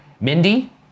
Mindy